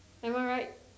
am I right